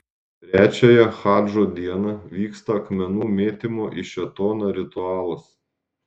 trečiąją hadžo dieną vyksta akmenų mėtymo į šėtoną ritualas